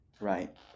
right